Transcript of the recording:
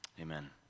amen